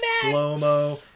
slow-mo